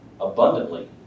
abundantly